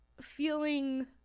feeling